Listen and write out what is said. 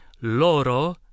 Loro